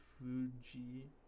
Fuji